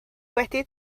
wedi